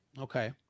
Okay